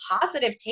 positive